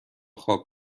خواب